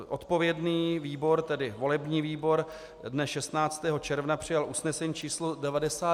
Odpovědný výbor, tedy volební výbor, dne 16. června přijal usnesení číslo 92.